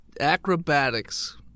acrobatics